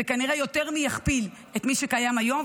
זה כנראה יותר מכפול ממה שקיים היום.